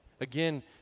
Again